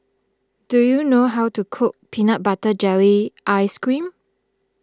do you know how to cook Peanut Butter Jelly Ice Cream